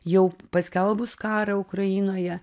jau paskelbus karą ukrainoje